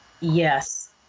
yes